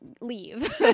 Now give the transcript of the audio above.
leave